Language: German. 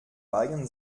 weigern